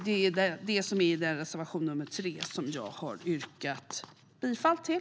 Det är det som berörs i reservation nr 3, som jag har yrkat bifall till.